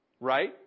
right